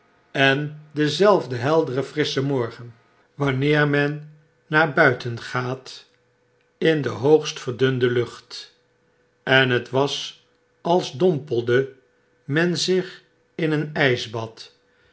en dezelfde heldere frissche morgen wanneer men naar buiten gaat in de hoogst verdunde lucbt en het was als dompelde men zich in een ysbad